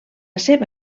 seva